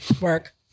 work